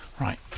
Right